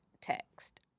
text